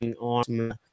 on